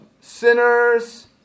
sinners